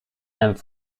and